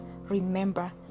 Remember